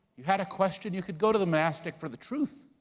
you had a question, you could go to the monastic for the truth.